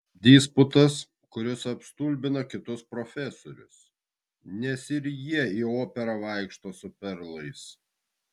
disputas kuris apstulbina kitus profesorius nes ir jie į operą vaikšto su perlais